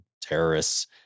terrorists